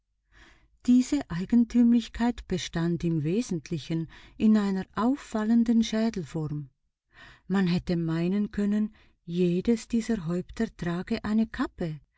diese eigentümlichkeit bestand im wesentlichen in einer auffallenden schädelform man hätte meinen können jedes dieser häupter trage eine kappe